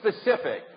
specific